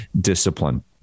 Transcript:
discipline